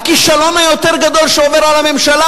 הכישלון היותר גדול שעובר על הממשלה